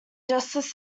justice